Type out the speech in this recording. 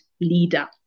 leader